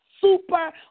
super